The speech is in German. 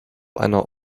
einer